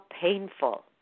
painful